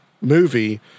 movie